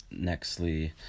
Nextly